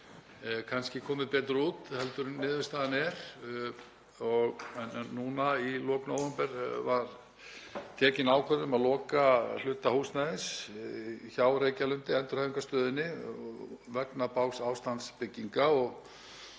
gæti komið betur út heldur en niðurstaðan er. Núna í lok nóvember var tekin ákvörðun um að loka hluta húsnæðis hjá Reykjalundi, endurhæfingarstöðinni, vegna bágs ástands bygginga